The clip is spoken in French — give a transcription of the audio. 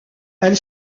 elle